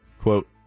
Quote